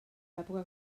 l’època